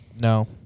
No